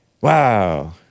Wow